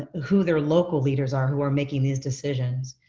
who their local leaders are who are making these decisions,